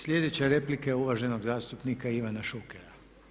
Sljedeća replika je uvaženog zastupnika Ivana Šukera.